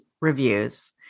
reviews